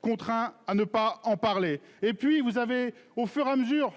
contraint à ne pas en parler et puis vous avez au fur et à mesure